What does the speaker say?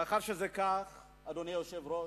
מאחר שזה כך, אדוני היושב-ראש,